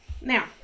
Now